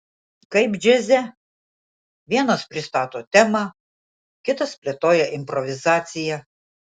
kaip džiaze vienas pristato temą kitas plėtoja improvizaciją